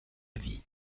vie